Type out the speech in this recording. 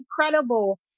incredible